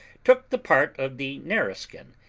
took the part of the nareskin,